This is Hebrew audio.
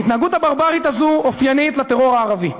ההתנהגות הברברית הזאת אופיינית לטרור הערבי.